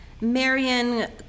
Marion